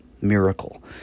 miracle